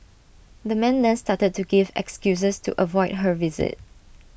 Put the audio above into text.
the man then started to give excuses to avoid her visit